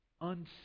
unseen